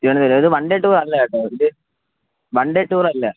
അതായത് one day ടൂറല്ല കേട്ടോ ഇത് വൺ ഡേ ടൂറല്ല